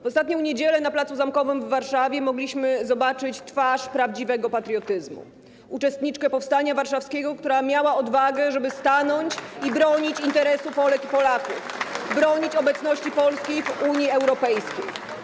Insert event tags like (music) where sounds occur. W ostatnią niedzielę na placu Zamkowym w Warszawie mogliśmy zobaczyć twarz prawdziwego patriotyzmu, uczestniczkę powstania warszawskiego, która miała odwagę stanąć i bronić interesu Polek i Polaków, (applause) bronić obecności Polski w Unii Europejskiej.